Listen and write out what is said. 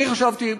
אני חשבתי,